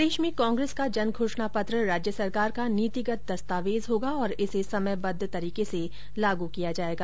प्रदेश में कांग्रेस का जनघोषणा पत्र राज्य सरकार का नीतिगत दस्तावेज होगा और इसे समयबद्व तरीके से लागू किया जायेगा